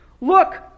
Look